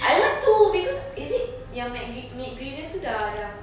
I want to because is it yang mcgri~ mcgriddles tu dah dah